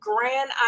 grand